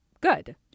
good